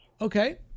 okay